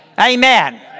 Amen